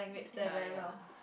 ya ya